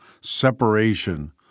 separation